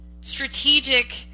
strategic